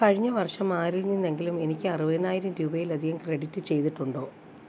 കഴിഞ്ഞ വർഷം ആരിൽ നിന്നെങ്കിലും എനിക്ക് അറുപതിനായിര രൂപയിൽ അധികം ക്രെഡിറ്റ് ചെയ്തിട്ടുണ്ടോ